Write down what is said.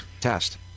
Test